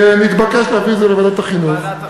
נתבקש להביא את זה לוועדת החינוך.